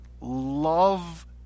love